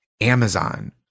amazon